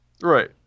Right